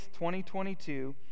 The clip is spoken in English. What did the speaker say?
2022